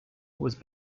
was